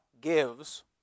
gives